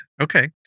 Okay